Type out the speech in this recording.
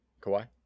Kawhi